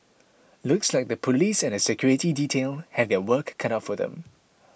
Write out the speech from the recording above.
looks like the Police and her security detail have their work cut out for them